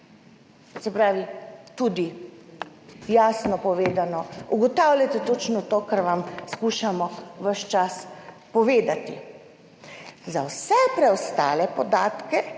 Se pravi, tudi jasno povedano, ugotavljate točno to, kar vam skušamo ves čas povedati. Za vse preostale podatke,